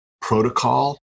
protocol